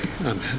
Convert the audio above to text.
Amen